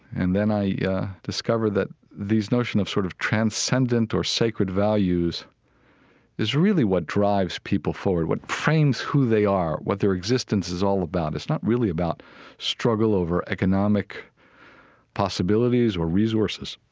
and then i yeah discovered that these notion of sort of transcendent or sacred values is really what drives people forward, what frames who they are, what their existence is all about. it's not really about struggle over economic possibilities or resources.